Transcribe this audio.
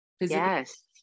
yes